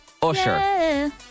Usher